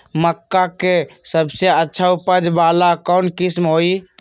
मक्का के सबसे अच्छा उपज वाला कौन किस्म होई?